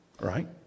right